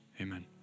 amen